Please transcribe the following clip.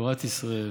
תורת ישראל.